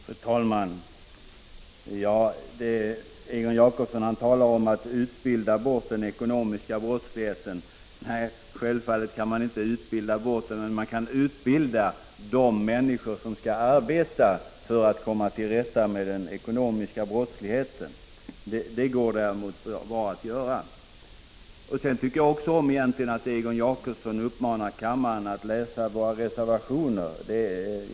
Fru talman! Egon Jacobsson talar om att utbilda bort den ekonomiska brottsligheten. Självfallet kan man inte utbilda bort den, men däremot kan man utbilda de människor som skall arbeta för att komma till rätta med den ekonomiska brottsligheten. Jag tycker egentligen att det är mycket bra att Egon Jacobsson uppmanar kammaren att läsa våra reservationer.